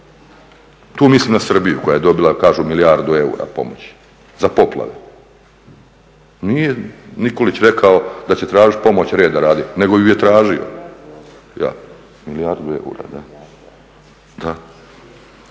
Tu mislim na Srbiju, koja je dobila kažu milijardu eura pomoći za poplave. Nije … rekao da će tražiti pomoć reda radi, nego ju je tražio. Milijardu eura, da.